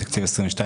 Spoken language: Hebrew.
בתקציב 2022,